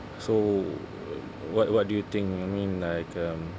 so what what do you think I mean like um